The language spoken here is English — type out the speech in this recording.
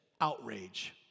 outrage